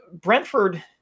Brentford